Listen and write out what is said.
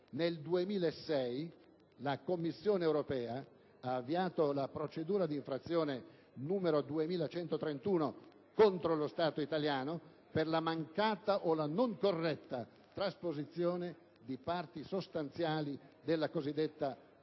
Nel 2006, la Commissione europea ha avviato la procedura di infrazione n. 2131 contro lo Stato italiano per la mancata o non corretta trasposizione di parti sostanziali della cosiddetta direttiva